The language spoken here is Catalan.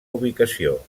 ubicació